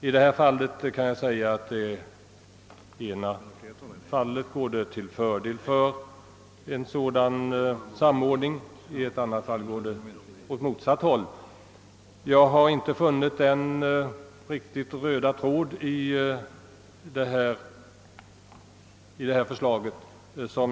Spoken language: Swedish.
I det ena fallet vore den föreslagna ändringen till fördel, i det andra fallet till nackdel, då det Säller det nu framlagda förslaget.